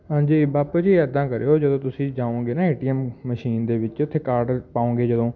ਹਾਂਜੀ ਬਾਪੂ ਜੀ ਇੱਦਾਂ ਕਰਿਓ ਜਦੋਂ ਤੁਸੀਂ ਜਾਊਂਗੇ ਨਾ ਏ ਟੀ ਐੱਮ ਮਸ਼ੀਨ ਦੇ ਵਿੱਚ ਉੱਥੇ ਕਾਰਡ ਪਾਓਂਗੇ ਜਦੋਂ